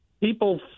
people